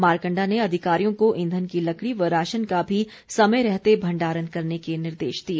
मारकंडा ने अधिकारियों को ईंधन की लकड़ी में राशन का भी समय रहते भण्डारण करने के निर्देश दिए